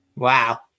Wow